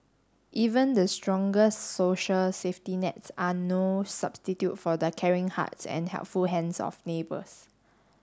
even the strongest social safety nets are no substitute for the caring hearts and helpful hands of neighbours